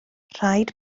rhaid